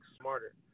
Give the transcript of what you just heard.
smarter